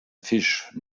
fisch